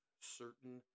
certain